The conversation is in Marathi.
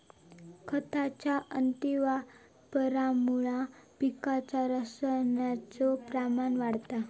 खताच्या अतिवापरामुळा पिकात रसायनाचो प्रमाण वाढता